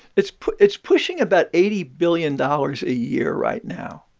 it's it's pushing about eighty billion dollars a year right now.